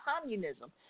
communism